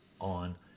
on